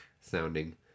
sounding